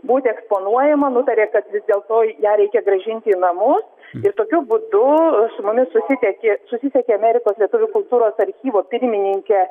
būti eksponuojama nutarė kad vis dėlto ją reikia grąžinti į namus ir tokiu būdu su mumis susisieki susisiekė amerikos lietuvių kultūros archyvo pirmininkė